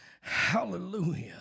Hallelujah